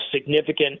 significant